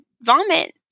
vomit